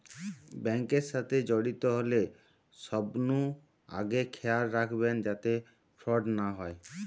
bank এর সাথে জড়িত হলে সবনু আগে খেয়াল রাখবে যাতে ফ্রড না হয়